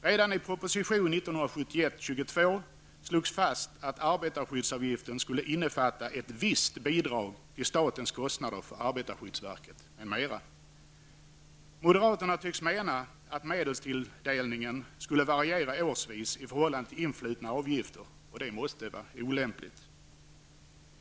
Redan i proposition 1971:22 slogs fast att arbetarskyddsavgiften skulle innefatta ett visst bidrag till statens kostnader för arbetarskyddsverket m.m. Moderaterna tycks mena att medelstilldelningen skulle variera årsvis i förhållande till influtna avgifter. Detta måste vara olämpligt.